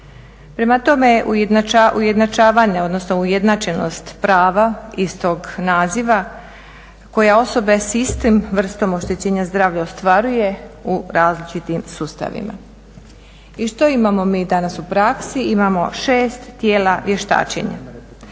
Prema tome, ujednačavanje, odnosno ujednačenost prava iz tog naziva koja osobe s istom vrstom oštećenja zdravlja ostvaraju u različitim sustavima. I što imamo mi danas u praksi, imamo 6 tijela vještačenja.